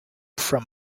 from